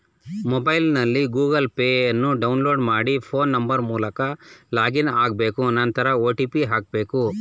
ಮೊಬೈಲ್ನಲ್ಲಿ Google Pay ಅನ್ನು download ಮಾಡಿ ಫೋನ್ ನಂಬರ್ ಮೂಲಕ ಲಾಗಿನ್ ಆಗ್ಬೇಕು ನಂತರ ಒ.ಟಿ.ಪಿ ಹಾಕ್ಬೇಕು